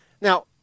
Now